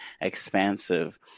expansive